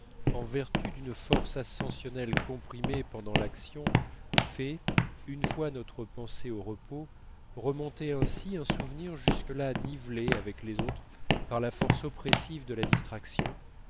en vertu d'une force ascensionnelle comprimée pendant l'action fait jusque-là une fois notre pensée au repos remonter ainsi un souvenir nivelé avec les autres par la force oppressive de la distraction